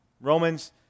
Romans